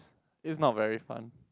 it's not very fun